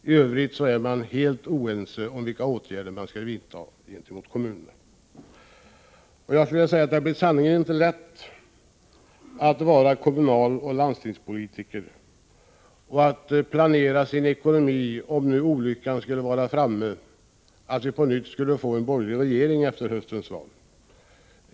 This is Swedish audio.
I övrigt är de helt oense om vilka åtgärder som bör vidtas gentemot kommunerna. Det blir sannerligen inte lätt för kommunaloch landstingspolitiker att planera ekonomin, om olyckan skulle vara framme och vi på nytt skulle få en borgerlig regering efter höstens val.